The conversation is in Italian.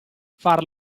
far